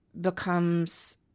becomes